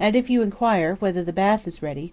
and if you inquire, whether the bath is ready,